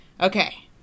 Okay